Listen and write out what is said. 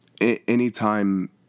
anytime